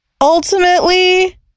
ultimately